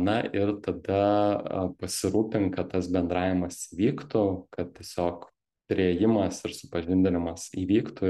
na ir tada pasirūpink kad tas bendravimas vyktų kad tiesiog priėjimas ir supažindinimas įvyktų